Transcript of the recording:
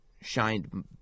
shined